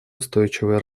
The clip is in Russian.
устойчивое